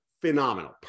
phenomenal